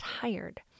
tired